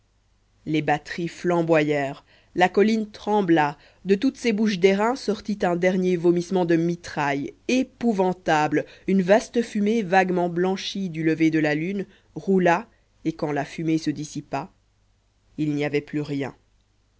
les batteries flamboyèrent la colline trembla de toutes ces bouches d'airain sortit un dernier vomissement de mitraille épouvantable une vaste fumée vaguement blanchie du lever de la lune roula et quand la fumée se dissipa il n'y avait plus rien